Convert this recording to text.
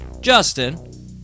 Justin